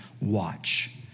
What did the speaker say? watch